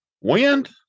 Wind